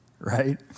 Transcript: right